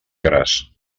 gras